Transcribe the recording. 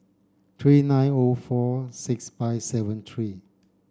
three nine O four six five seven three